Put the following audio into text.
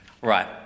right